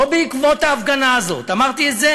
לא בעקבות ההפגנה הזאת, אמרתי את זה